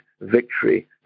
Victory